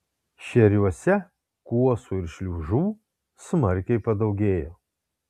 šėriuose kuosų ir šliužų smarkiai padaugėjo